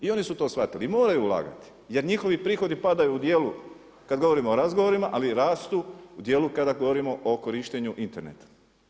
I oni su to shvatili i moraju ulagati jer njihovi prihodi padaju u dijelu kada govorimo o razgovorima ali i rastu u dijelu kada govorimo o korištenju interneta.